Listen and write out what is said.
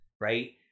right